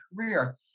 career